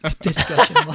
discussion